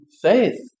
faith